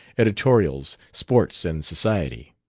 editorials, sports and society.